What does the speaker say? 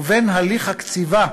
ובין הליך הקציבה,